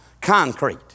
concrete